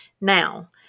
Now